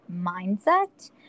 mindset